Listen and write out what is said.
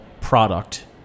product